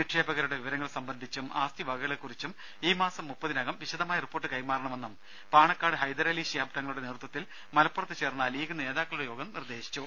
നിക്ഷേപകരുടെ വിവരങ്ങൾ സംബന്ധിച്ചും ആസ്തി വകകളെ കുറിച്ചും ഈ മാസം മുപ്പതിനകം വിശദമായ റിപ്പോർട്ട് കൈമാറണമെന്നും പാണക്കാട് ഹൈദരലി ശിഹാബ് തങ്ങളുടെ നേതൃത്വത്തിൽ മലപ്പുറത്ത് ചേർന്ന ലീഗ് നേതാക്കളുടെ യോഗം നിർദേശിച്ചു